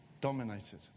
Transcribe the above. dominated